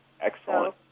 Excellent